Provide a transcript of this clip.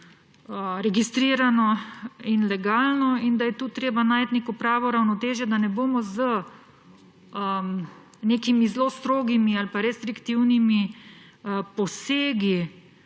registrirano in legalno, da je tu treba najti neko pravo ravnotežje, da ne bomo z nekimi zelo strogimi ali restriktivnimi posegi